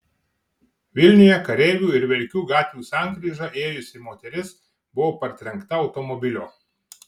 vilniuje kareivių ir verkių gatvių sankryža ėjusi moteris buvo partrenkta automobilio